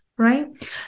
Right